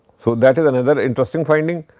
so, that is another interesting finding.